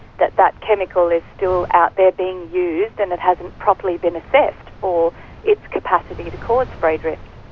that that chemical is still out there being used and it hasn't properly been assessed for its capacity to cause spray drift.